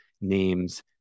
names